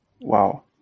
Wow